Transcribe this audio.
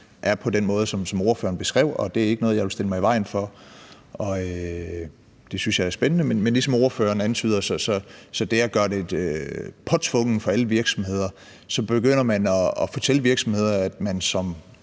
er på den måde, som ordføreren beskrev, og det er ikke noget, jeg vil stille mig i vejen for. Det synes jeg er spændende, men ligesom ordføreren antyder, så begynder man, når man gør det påtvunget for alle virksomheder, at fortælle virksomhederne, at man som